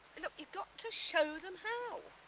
look, you've got to show them how.